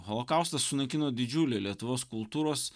holokaustas sunaikino didžiulį lietuvos kultūros